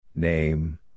name